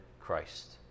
Christ